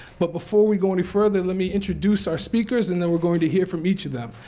but before we go any further, let me introduce our speakers, and then we're going to hear from each of them.